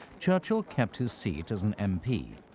churchill kept his seat as an mp,